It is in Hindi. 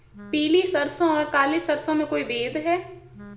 पीली सरसों और काली सरसों में कोई भेद है?